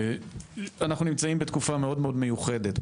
אנחנו נמצאים בתקופה מאוד מאוד מיוחדת,